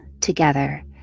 together